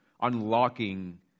unlocking